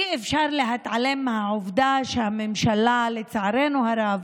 אי-אפשר להתעלם מהעובדה שהממשלה, לצערנו הרב,